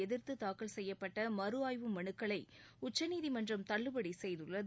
எதிா்த்து தாக்கல் செய்யப்பட்ட மறு ஆய்வு மலுக்களை உச்சநீதிமன்றம் தள்ளுபடி செய்துள்ளது